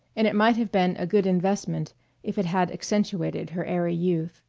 and it might have been a good investment if it had accentuated her airy youth